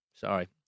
Sorry